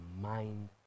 mind